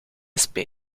spa